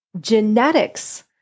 Genetics